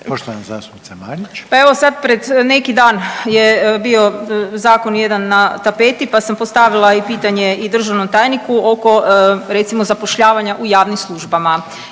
**Marić, Andreja (SDP)** Pa evo sad pred neki dan je bio zakon jedan na tapeti pa sam postavila i pitanje i državnom tajniku oko recimo zapošljavanja u javnim službama.